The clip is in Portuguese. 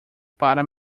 para